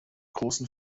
großen